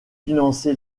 financé